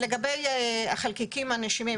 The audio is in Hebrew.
לגבי החלקיקים הנשימים,